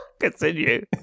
Continue